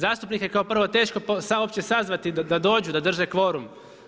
Zastupnike je prvo teško uopće sazvati da dođu, da drže kvorum.